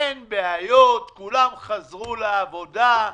אין בעיות, כולם חזרו לוועדה.